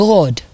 God